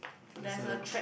person